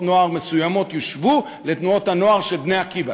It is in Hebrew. נוער מסוימות יושוו לתנועות הנוער של "בני עקיבא".